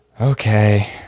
Okay